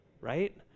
right